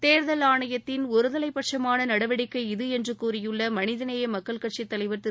தேர்தல் ஆணையத்தின் ஒருதலைபட்சமான நடவடிக்கை இது என்று கூறியுள்ள மனிதநேய மக்கள் கட்சித் தலைவர் திரு